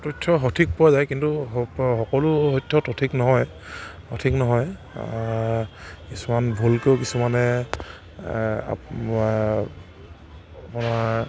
তথ্য সঠিক পোৱা যায় কিন্তু সক সকলো তথ্য সঠিক নহয় সঠিক নহয় কিছুমান ভুলকৈও কিছুমানে আপোনাৰ